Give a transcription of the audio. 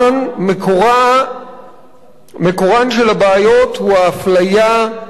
מקורן של הבעיות הוא האפליה,